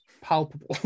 palpable